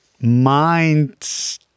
mind